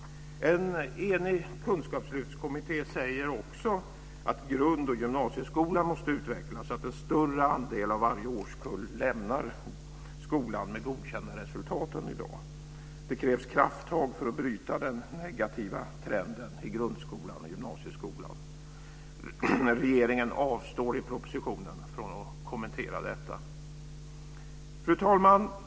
En enig kunskapslyftskommitté säger också att grund och gymnasieskolan måste utvecklas så att en större andel av varje årskull än i dag lämnar grundoch gymnasieskolan med godkända resultat. Det krävs krafttag för att bryta den negativa trenden i grundskolan och gymnasieskolan. Regeringen avstår i propositionen från att kommentera detta. Fru talman!